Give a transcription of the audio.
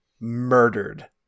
murdered